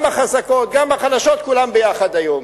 גם החזקות, גם החלשות, כולן ביחד היום.